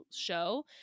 show